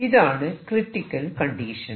ഇതാണ് critical condition